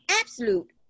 absolute